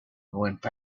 went